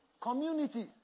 community